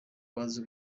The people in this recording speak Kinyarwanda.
bazi